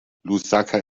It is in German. lusaka